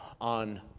on